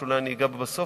שאולי אני אגע בה בסוף,